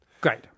Great